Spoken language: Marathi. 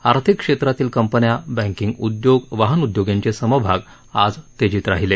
आर्थिक क्षेत्रातील कंपन्या बँकिंग उद्योग वाहन उद्योग यांचे समभाग आज तेजीत राहिले